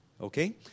okay